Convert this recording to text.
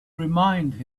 reminded